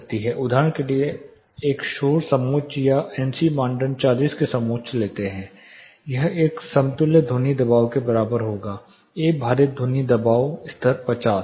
उदाहरण के लिए आप एक शोर समोच्च या एनसी मानदंड 40 के समोच्च लेते हैं यह एक समतुल्य ध्वनि दबाव के बराबर होगा A भारित ध्वनि दबाव स्तर 50